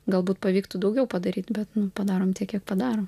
galbūt pavyktų daugiau padaryt bet padarom tiek kiek padarom